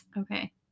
Okay